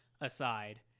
aside